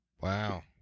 Wow